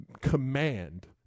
command